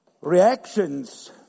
Reactions